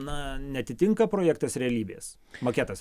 na neatitinka projektas realybės maketas